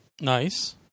Nice